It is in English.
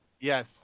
Yes